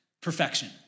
Perfection